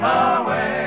away